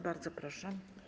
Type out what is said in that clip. Bardzo proszę.